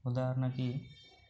ఉదాహరణకి